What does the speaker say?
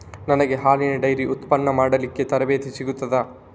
ನನಗೆ ಹಾಲಿನ ಡೈರಿ ಉತ್ಪನ್ನ ಮಾಡಲಿಕ್ಕೆ ತರಬೇತಿ ಸಿಗುತ್ತದಾ?